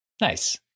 Nice